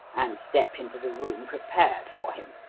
and stepped into the room prepared for him.